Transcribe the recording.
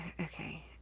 okay